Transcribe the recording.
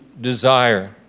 desire